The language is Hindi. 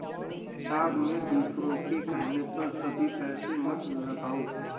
स्टॉक में दूसरों के कहने पर कभी पैसे मत लगाओ